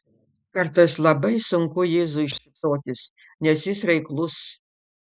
kartais labai sunku jėzui šypsotis nes jis reiklus